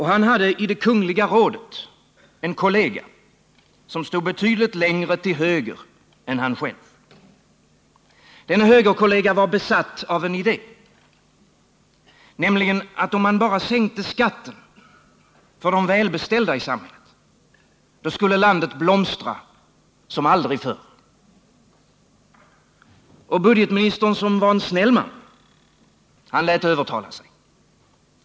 Han hade i det kungliga rådet en kollega, som stod betydligt längre till höger än han själv. Denne högerkollega var besatt av en idé, nämligen att om man bara sänkte skatten för de välbeställda i samhället — då skulle landet blomstra som aldrig förr. Och budgetministern, som var en snäll man, han lät övertala sig.